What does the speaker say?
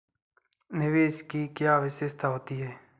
निवेश की क्या विशेषता होती है?